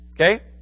Okay